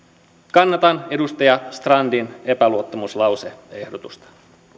kannatan edustaja strandin epäluottamuslause ehdotusta